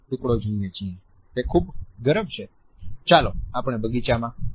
'ચાલો આપણે બગીચામાં તાપીએ'